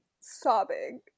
Sobbing